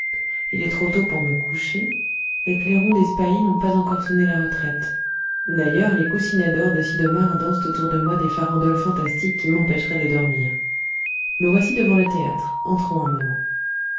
il est trop tôt pour me coucher les clairons des spahis n'ont pas encore sonné la retraite d'ailleurs les coussinets d'or de sid'omar dansent autour de moi des farandoles fantastiques qui m'empêcheraient de dormir me voici devant le théâtre entrons un moment